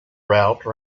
route